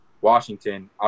Washington